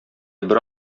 бер